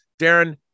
Darren